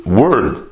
word